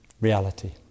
reality